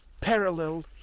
parallel